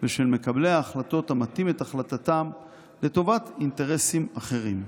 ושל מקבלי ההחלטות המטים את החלטתם לטובת אינטרסים אחרים.